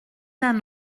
d’un